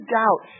doubt